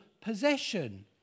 possession